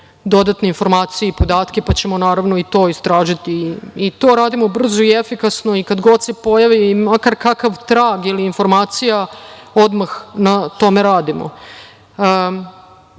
dodatne informacije i podatke pa ćemo naravno i to istražiti i to radimo brzo i efikasno i kada god se pojavi makar kakav trag ili informacija odmah na tome radimo. Mi